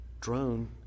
drone